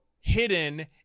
hidden